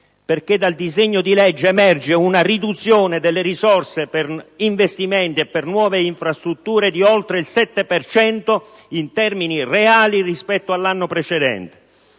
perché dal disegno di legge emerge una riduzione delle risorse per investimenti e nuove infrastrutture di oltre il 7 per cento in termini reali rispetto all'anno precedente.